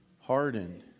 hardened